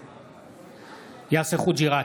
נגד יאסר חוג'יראת,